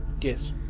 Yes